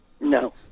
No